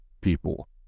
people